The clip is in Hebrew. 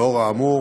לאור האמור,